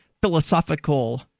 philosophical